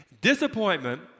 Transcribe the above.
Disappointment